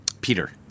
Peter